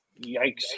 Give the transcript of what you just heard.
Yikes